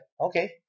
okay